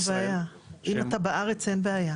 אם אתה בארץ אין בעיה.